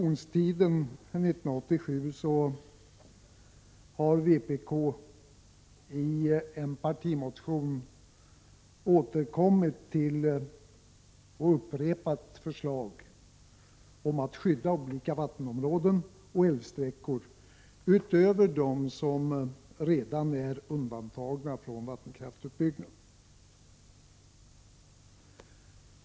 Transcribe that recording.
Under den allmänna motionstiden i år har vpk i en partimotion återkommit till och upprepat förslag om att olika vattenområden och älvsträckor, utöver dem som redan är undantagna från vattenkraftsutbyggnad, skall skyddas.